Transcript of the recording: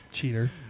Cheater